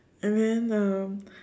and then um